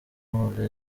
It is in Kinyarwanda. mubyo